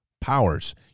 powers